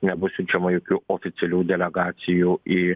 nebus siunčiama jokių oficialių delegacijų į